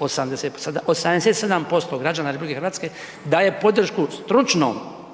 87% građana RH daje podršku stručnom